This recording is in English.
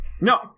no